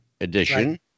edition